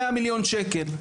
100 מיליון שקל.